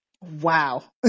Wow